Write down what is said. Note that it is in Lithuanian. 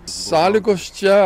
sąlygos čia